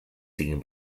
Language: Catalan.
siguin